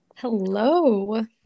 hello